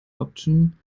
option